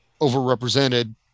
overrepresented